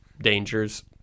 dangers